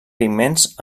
pigments